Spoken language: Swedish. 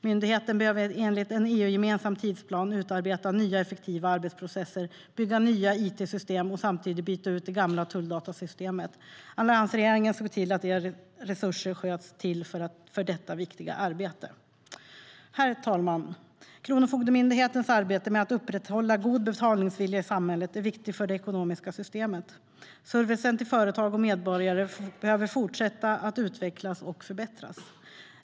Myndigheten behöver enligt en EU-gemensam tidsplan utarbeta nya effektiva arbetsprocesser, bygga nya it-system och samtidigt byta ut det gamla tulldatasystemet. Alliansregeringen såg till att resurser sköts till för detta viktiga arbete. Herr talman! Kronofogdemyndighetens arbete med att upprätthålla god betalningsvilja i samhället är viktig för det ekonomiska systemet. Servicen till företag och medborgare behöver fortsätta utvecklas och förbättras.